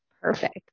Perfect